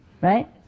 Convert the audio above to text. right